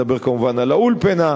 אני מדבר, כמובן, על האולפנה,